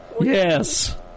Yes